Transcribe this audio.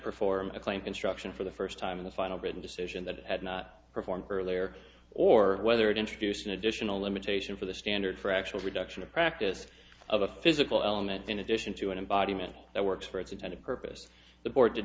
perform a claim construction for the first time in the final bid a decision that had not performed earlier or whether it introduced an additional limitation for the standard for actual reduction of practice of a physical element in addition to an embodiment that works for its intended purpose the board did